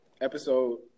episode